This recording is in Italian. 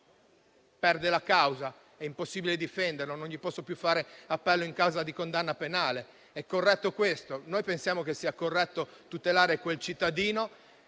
perde la causa, è impossibile difenderlo, non si può più fare appello in caso di condanna penale? È corretto questo? Noi pensiamo che sia corretto tutelare quel cittadino